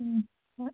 ꯎꯝ ꯍꯣꯏ